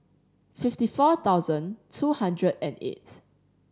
fifty four thousand two hundred and eight